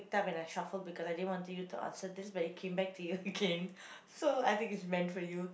that when I shuffle because I didn't want you to answer this but it came back to you again so I think it's meant for you